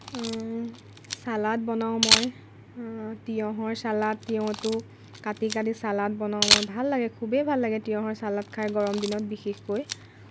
salad বনাওঁ মই তিয়ঁহৰ চালাড তিয়ঁহটো কাটি কাটি চালাড বনাওঁ মই ভাল লাগে খুবেই ভাল লাগে তিয়ঁহৰ চালাড খাই গৰম দিনত বিশেষকৈ